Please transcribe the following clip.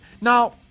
now